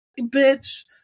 bitch